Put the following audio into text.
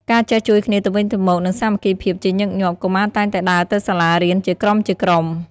ការចេះជួយគ្នាទៅវិញទៅមក និងសាមគ្គីភាព ជាញឹកញាប់ កុមារតែងតែដើរទៅសាលារៀនជាក្រុមៗ។